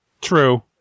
True